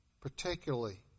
particularly